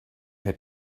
had